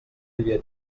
havia